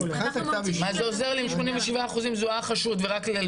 מה זה עוזר לי אם 87% זוהה החשוד ורק על